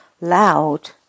loud